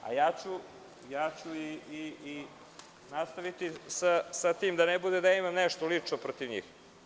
Ja ću nastaviti sa tim, da ne bude da imam nešto lično protiv njih.